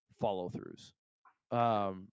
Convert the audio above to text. follow-throughs